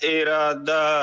irada